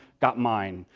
got mine,